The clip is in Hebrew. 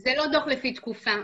זה לא דו"ח לפי תקופה.